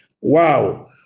wow